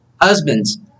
Husbands